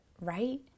right